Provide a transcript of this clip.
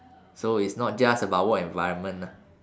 so it's not just about work environment lah